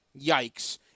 yikes